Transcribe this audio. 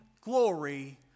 glory